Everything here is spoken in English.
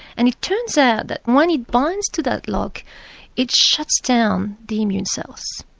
and it turns out that when it binds to that lock it shuts down the immune cells.